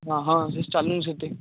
ହଁ ହଁ ସେ ଚାଲୁନି ସେତେ